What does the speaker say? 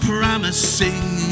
Promising